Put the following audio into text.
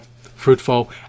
fruitful